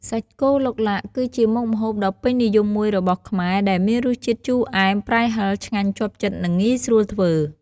សាច់គោឡុកឡាក់ គឺជាមុខម្ហូបដ៏ពេញនិយមមួយរបស់ខ្មែរ ដែលមានរសជាតិជូរអែម ប្រៃ ហឹរ ឆ្ងាញ់ជាប់ចិត្ត និងងាយស្រួលធ្វើ។